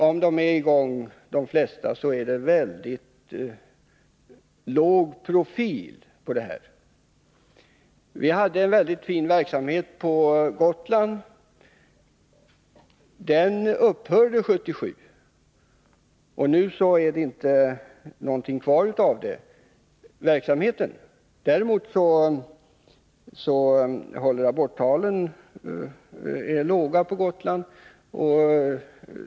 Om så är fallet, har de dock väldigt låg profil. Vi hade en mycket fin verksamhet på Gotland. Den upphörde 1977. Nu finns det inte något kvar av den verksamheten. Däremot är aborttalen låga på Gotland.